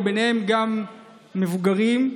וביניהם מבוגרים.